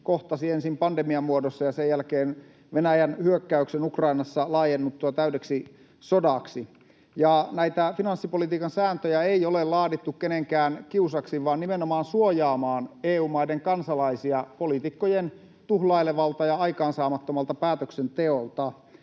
kohtasi ensin pandemian muodossa ja sen jälkeen Venäjän hyökkäyksen Ukrainassa laajennuttua täydeksi sodaksi. Ja näitä finanssipolitiikan sääntöjä ei ole laadittu kenenkään kiusaksi vaan nimenomaan suojaamaan EU-maiden kansalaisia poliitikkojen tuhlailevalta ja aikaansaamattomalta päätöksenteolta.